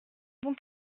bon